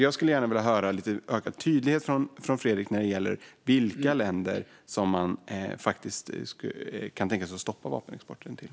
Jag skulle gärna vilja höra lite större tydlighet från Fredrik när det gäller vilka länder man kan tänka sig att stoppa vapenexporten till.